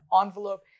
envelope